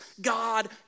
God